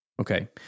Okay